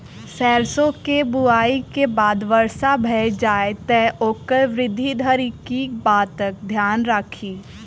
सैरसो केँ बुआई केँ बाद वर्षा भऽ जाय तऽ ओकर वृद्धि धरि की बातक ध्यान राखि?